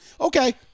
okay